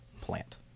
plant